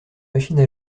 machines